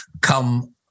come